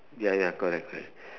ya ya correct correct